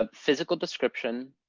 ah physical description.